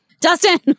Dustin